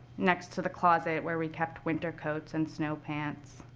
next to the closet where we kept winter coats and snow pants.